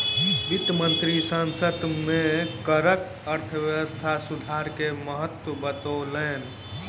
वित्त मंत्री संसद में करक अर्थव्यवस्था सुधार के महत्त्व बतौलैन